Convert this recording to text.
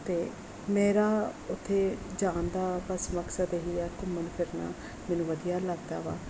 ਅਤੇ ਮੇਰਾ ਉੱਥੇ ਜਾਣ ਦਾ ਬਸ ਮਕਸਦ ਇਹੀ ਆ ਘੁੰਮਣ ਫਿਰਨਾ ਮੈਨੂੰ ਵਧੀਆ ਲੱਗਦਾ ਵਾ